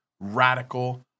radical